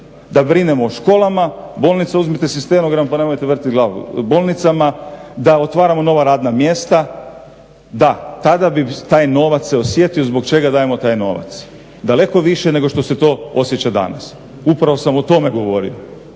da brinemo o školama, bolnicama. Uzmite si stenogram pa nemojte vrtit glavom. Bolnicama, da otvaramo nova radna mjesta. Da, tada bi taj novac se osjetio zbog čega dajemo taj novac. Daleko više nego što se to osjeća danas. Upravo sam o tome govorio.